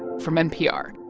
from npr